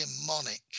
demonic